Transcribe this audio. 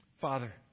Father